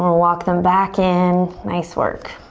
walk them back in. nice work.